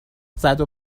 زدو